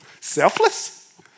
Selfless